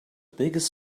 biggest